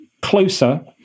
closer